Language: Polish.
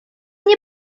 nie